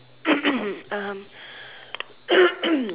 um